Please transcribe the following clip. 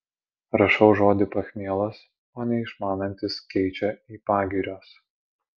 rašau žodį pachmielas o neišmanantys keičia į pagirios